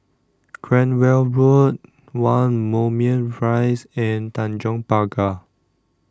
Cranwell Road one Moulmein Rise and Tanjong Pagar